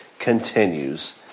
continues